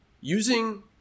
Using